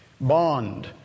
Bond